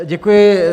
Děkuji.